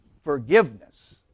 Forgiveness